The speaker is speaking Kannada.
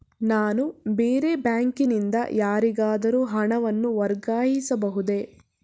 ನಾನು ಬೇರೆ ಬ್ಯಾಂಕಿನಿಂದ ಯಾರಿಗಾದರೂ ಹಣವನ್ನು ವರ್ಗಾಯಿಸಬಹುದೇ?